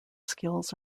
skills